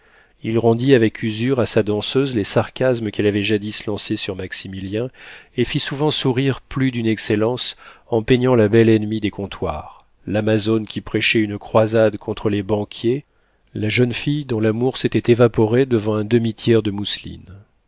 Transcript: il rendit avec usure à sa danseuse les sarcasmes qu'elle avait jadis lancés sur maximilien et fit souvent sourire plus d'une excellence en peignant la belle ennemie des comptoirs l'amazone qui prêchait une croisade contre les banquiers la jeune fille dont l'amour s'était évaporé devant un demi tiers de mousseline